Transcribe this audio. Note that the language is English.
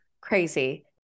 crazy